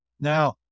Now